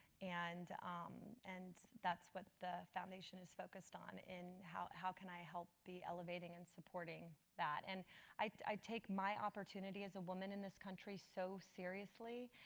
and um and that's what the foundation is focused on. and how how can i help the elevating and supporting that, and i i take my opportunity as a woman in this country so seriously.